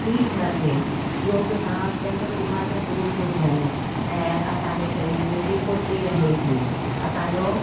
तकलीफ़ न थिए योग सां चङियूं बीमारियूं दूरि थियूं थियनि ऐं असांजे शरीर में बि फुर्ती रहे थी असांजो